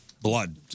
blood